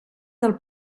del